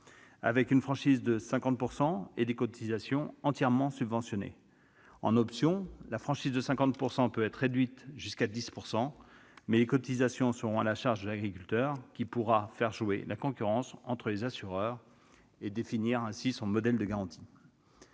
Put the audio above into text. avec une franchise de 50 % et des cotisations entièrement subventionnées. En option, la franchise de 50 % pourrait être réduite jusqu'à 10 %, mais les cotisations seraient à la charge de l'agriculteur, qui pourra faire jouer la concurrence entre les assureurs et définir ainsi son modèle de garantie.